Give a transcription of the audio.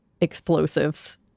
explosives